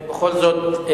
בכל זאת,